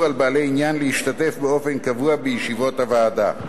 על בעלי עניין להשתתף באופן קבוע בישיבות הוועדה.